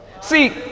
See